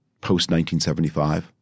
post-1975